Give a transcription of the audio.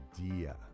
idea